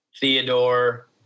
Theodore